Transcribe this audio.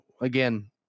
again